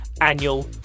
annual